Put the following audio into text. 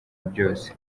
byose